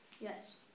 Yes